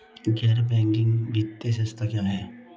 गैर बैंकिंग वित्तीय संस्था क्या है?